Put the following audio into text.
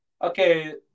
Okay